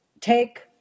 take